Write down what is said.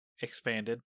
expanded